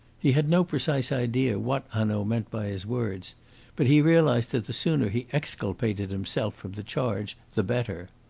he had no precise idea what hanaud meant by his words but he realised that the sooner he exculpated himself from the charge the better.